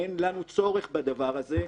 אין לנו צורך בדבר הזה.